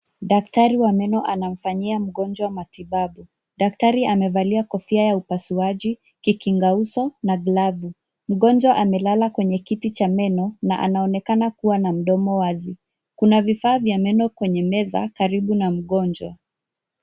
Daktari wa meno anamfanyia mgonjwa matibabu. Daktari amevalia kofia ya upasuaji, kikinga uso na glavu. Mgonjwa amelala kwenye kiti cha meno na anaonekana kuwa na mdomo wazi. Kuna vifaa vya meno kwenye meza karibu na mgonjwa.